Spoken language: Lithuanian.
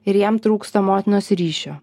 ir jam trūksta motinos ryšio